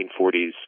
1940s